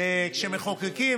כשמחוקקים,